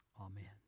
Amen